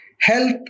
health